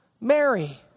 Mary